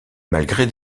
malgré